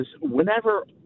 whenever